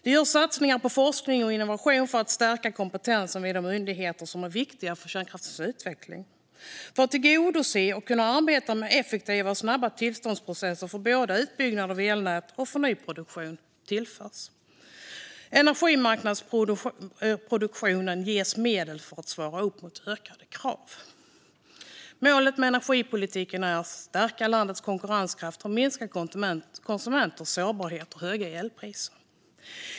Vi gör satsningar på forskning och innovation och för att stärka kompetensen vid de myndigheter som är viktiga för kärnkraftens utveckling. För att tillgodose och kunna arbeta med effektiva och snabba tillståndsprocesser för både utbyggnad av elnätet och ny produktion tillförs energimarknadsproduktionen medel för att svara upp mot ökade krav. Målet med energipolitiken är att stärka landets konkurrenskraft och minska konsumenternas sårbarhet för höga elpriser.